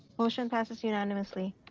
motion passes unanimously.